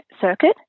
circuit